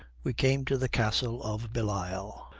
we came to the castle of bellisle,